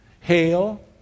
Hail